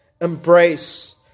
embrace